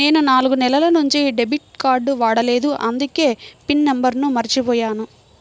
నేను నాలుగు నెలల నుంచి డెబిట్ కార్డ్ వాడలేదు అందుకే పిన్ నంబర్ను మర్చిపోయాను